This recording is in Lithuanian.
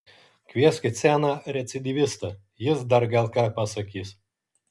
kvieskit seną recidyvistą jis dar gal ką pasakys